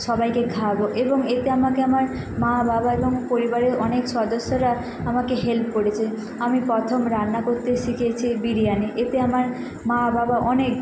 সবাইকে খাওয়াবো এবং এতে আমাকে আমার মা বাবা এবং পরিবারের অনেক সদস্যরা আমাকে হেল্প করেছে আমি প্রথম রান্না করতে শিখেছি বিরিয়ানি এতে আমার মা বাবা অনেক